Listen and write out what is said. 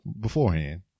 beforehand